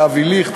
אבי ליכט,